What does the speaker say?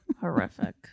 Horrific